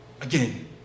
again